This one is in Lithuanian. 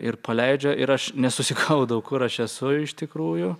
ir paleidžia ir aš nesusigaudau kur aš esu iš tikrųjų